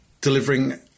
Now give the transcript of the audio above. delivering